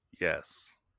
Yes